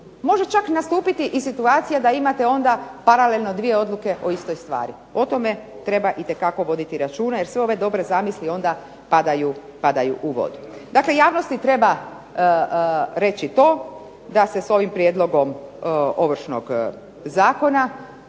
Može čak nastupiti i situacija da imate onda paralelno dvije odluke o istoj stvari. O tome treba itekako voditi računa, jer sve ove dobre zamisli onda padaju u vodu. Dakle, javnosti treba reći to da se s ovim prijedlogom Ovršnog zakona